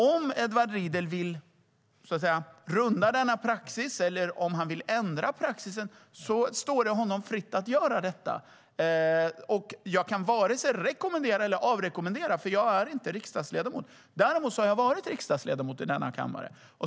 Om Edward Riedl vill runda denna praxis eller om han vill ändra praxisen står det honom fritt att göra detta. Jag kan varken rekommendera eller avrekommendera det, för jag är inte riksdagsledamot. Däremot har jag varit riksdagsledamot i denna kammare.